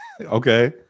Okay